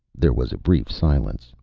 there was a brief silence.